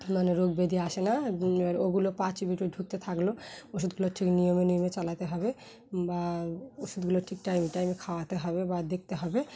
মানে রোগ ব্যাধিও আসে না ওগুলো পাঁচ মিনিটে ঢুকতে থাকলেও ওষুধগুলো ঠিক নিয়মে নিয়মে চালাতে হবে বা ওষুধগুলো ঠিক টাইমে টাইমে খাওয়াতে হবে বা দেখতে হবে